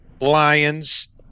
Lions